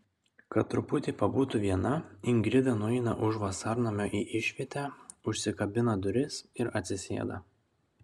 kad truputį pabūtų viena ingrida nueina už vasarnamio į išvietę užsikabina duris ir atsisėda